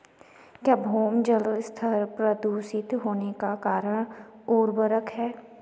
क्या भौम जल स्तर प्रदूषित होने का कारण उर्वरक है?